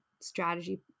strategy